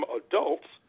adults